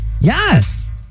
Yes